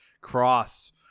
cross